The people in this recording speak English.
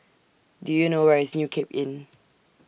Do YOU know Where IS New Cape Inn